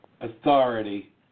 authority